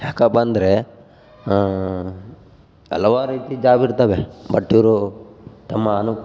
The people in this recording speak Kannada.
ಯಾಕಪ್ಪಾ ಅಂದರೆ ಹಲವಾರ್ ರೀತಿ ಜಾಬ್ ಇರ್ತವೆ ಬಟ್ ಇವರು ತಮ್ಮ ಅನು